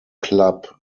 club